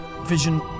Vision